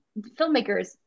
filmmakers